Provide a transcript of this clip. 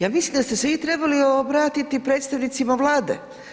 Ja mislim da ste se vi trebali obratiti predstavnicima Vlade.